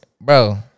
bro